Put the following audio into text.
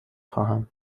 خواهم